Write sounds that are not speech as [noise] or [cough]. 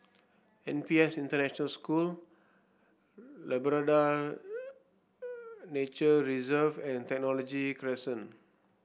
N P S International School Labrador [noise] Nature Reserve and Technology Crescent